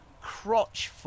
Crotch